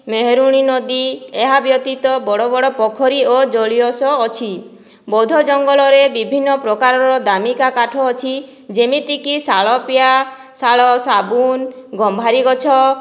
ମେହରୁଣି ନଦୀ ଏହା ବ୍ୟତୀତ ବଡ଼ବଡ଼ ପୋଖରୀ ଓ ଜଳୀୟଶ ଅଛି ବୌଦ୍ଧ ଜଙ୍ଗଲରେ ବିଭିନ୍ନ ପ୍ରକାରର ଦାମିକା କାଠ ଅଛି ଯେମିତିକି ଶାଳପିଆ ଶାଳ ସାବୁନ୍ ଗମ୍ଭାରୀ ଗଛ